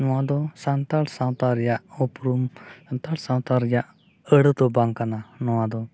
ᱱᱚᱣᱟ ᱫᱚ ᱥᱟᱱᱛᱟᱲ ᱥᱟᱶᱛᱟ ᱨᱮᱭᱟᱜ ᱩᱯᱨᱩᱢ ᱥᱟᱱᱛᱟᱲ ᱥᱟᱶᱛᱟ ᱨᱮᱭᱟᱜ ᱟᱹᱲᱟᱹᱫᱚ ᱵᱟᱝ ᱠᱟᱱᱟ ᱱᱚᱣᱟ ᱫᱚ